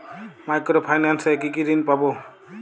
Micro finance এ কি কি ঋণ পাবো?